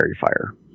fire